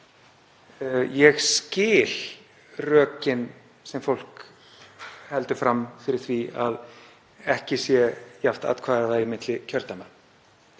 Ég skil rökin sem fólk heldur fram fyrir því að ekki sé jafnt atkvæðavægi milli kjördæma.